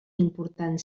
important